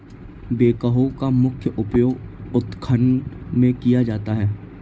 backhoe का मुख्य उपयोग उत्खनन में किया जाता है